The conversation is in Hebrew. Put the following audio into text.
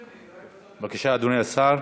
בבקשה, אדוני השר.